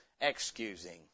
Excusing